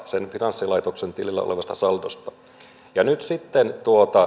sen finanssilaitoksen tilillä olevasta saldosta ja nyt sitten